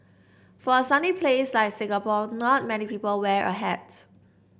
for a sunny place like Singapore not many people wear a hats